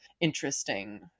interesting